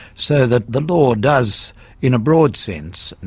so that the law does in a broad sense, and